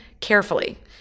carefully